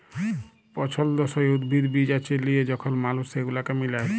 পছল্দসই উদ্ভিদ, বীজ বাছে লিয়ে যখল মালুস সেগুলাকে মিলায়